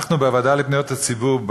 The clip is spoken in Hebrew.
אנחנו בוועדה לפניות הציבור,